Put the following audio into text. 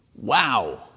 wow